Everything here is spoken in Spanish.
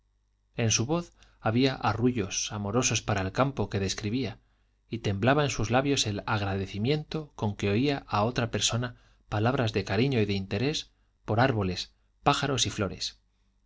en su voz había arrullos amorosos para el campo que describía y temblaba en sus labios el agradecimiento con que oía a otra persona palabras de cariño y de interés por árboles pájaros y flores